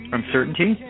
uncertainty